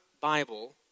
Bible